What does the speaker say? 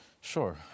Sure